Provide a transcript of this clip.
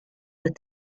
with